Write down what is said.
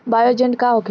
Bio agent का होखेला?